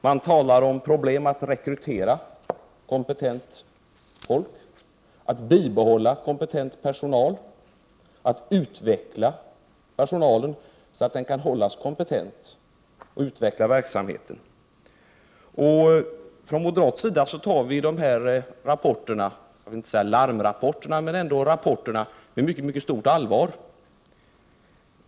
Man talar om problem att rekrytera kompetent folk, att bibehålla kompetent personal, att utveckla personalen så att den kan hållas kompetent och utveckla verksamheten. Från moderat sida tar vi de här rapporterna — jag vill inte säga larmrapporterna — med mycket stort allvar.